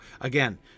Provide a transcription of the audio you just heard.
again